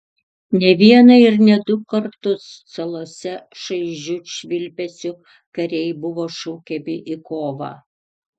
ne vieną ir ne du kartus salose šaižiu švilpesiu kariai buvo šaukiami į kovą